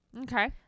Okay